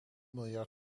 miljard